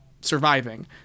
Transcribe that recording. surviving